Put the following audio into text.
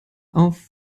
auf